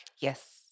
Yes